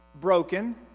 broken